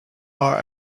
are